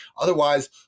Otherwise